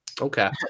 Okay